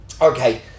Okay